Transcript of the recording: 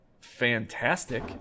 fantastic